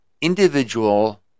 individual